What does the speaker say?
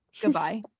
goodbye